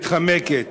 מתחמקת: